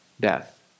death